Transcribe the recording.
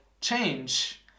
change